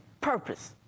purpose